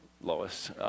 Lois